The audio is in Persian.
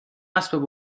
اسب